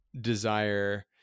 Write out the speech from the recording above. desire